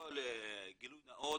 גילוי נאות,